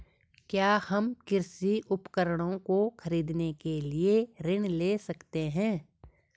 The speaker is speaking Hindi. क्या हम कृषि उपकरणों को खरीदने के लिए ऋण ले सकते हैं?